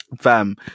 Fam